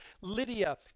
Lydia